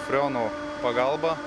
freono pagalba